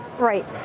Right